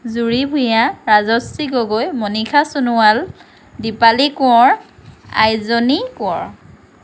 জুৰি ভুঞা ৰাজশ্ৰী গগৈ মনিষা সোণোৱাল দীপালি কোঁৱৰ আইজনী কোঁৱৰ